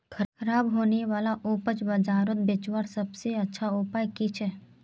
ख़राब होने वाला उपज बजारोत बेचावार सबसे अच्छा उपाय कि छे?